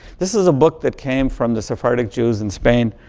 this is a book that came from the sephardic jews in spain.